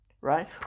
right